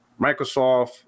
Microsoft